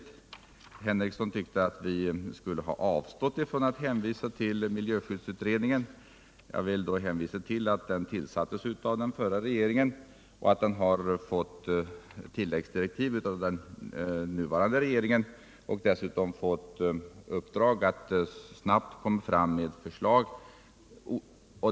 173 Lars Henrikson tyckte att vi borde ha avstått från att hänvisa till miljöskyddsutredningen. Jag vill då framhålla att miljöskyddsutredningen tillsattes av den förra regeringen, att den fått tilläggsdirektiv av den nuvarande regeringen och att den dessutom fått i uppdrag att snabbt lägga fram förslag.